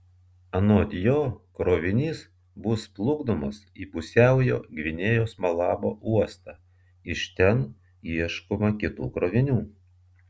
anot jo krovinys bus plukdomas į pusiaujo gvinėjos malabo uostą iš ten ieškoma kitų krovinių